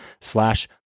slash